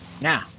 Now